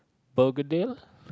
Begedil